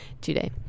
today